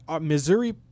Missouri